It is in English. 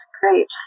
great